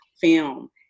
film